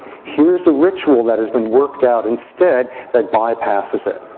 here's a ritual that has been worked out instead that bypasses it.